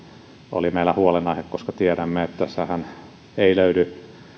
oli meillä huolenaihe koska tiedämme että tässähän ei löydy